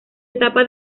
etapa